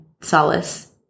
solace